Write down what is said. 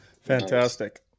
Fantastic